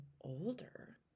older